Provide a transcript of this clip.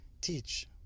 teach